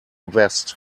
vest